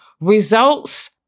results